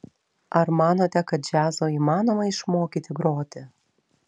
ar manote kad džiazo įmanoma išmokyti groti